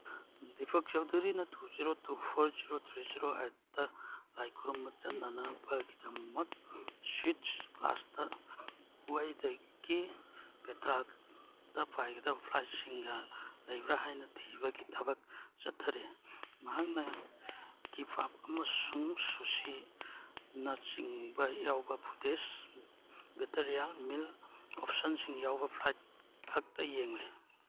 ꯗꯤꯄꯛ ꯆꯧꯗꯨꯔꯤꯅ two zero two four zero three zero ꯑꯥꯏꯠꯇ ꯂꯥꯏ ꯈꯨꯔꯨꯝꯕ ꯆꯠꯅꯅꯕꯒꯤꯗꯃꯛ ꯁ꯭ꯋꯤꯁ ꯀ꯭ꯂꯥꯁꯇ ꯋꯥꯏꯗꯀꯦ ꯄꯦꯇ꯭ꯔꯥꯗ ꯄꯥꯏꯒꯗꯕ ꯐ꯭ꯂꯥꯏꯠꯁꯤꯡꯒ ꯂꯩꯕ꯭ꯔꯥ ꯍꯥꯏꯅ ꯊꯤꯕꯒꯤ ꯊꯕꯛ ꯆꯠꯊꯔꯤ ꯃꯍꯥꯛꯅ ꯀꯤꯕꯥꯞ ꯑꯃꯁꯨꯡ ꯁꯨꯁꯤꯅꯆꯤꯡꯕ ꯌꯥꯎꯕ ꯐꯨꯗꯦꯁ ꯚꯦꯇꯔꯤꯌꯥꯟ ꯃꯤꯜ ꯑꯣꯞꯁꯟꯁꯤꯡ ꯌꯥꯎꯕ ꯐ꯭ꯂꯥꯏꯠꯈꯛꯇ ꯌꯦꯡꯂꯤ